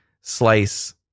slice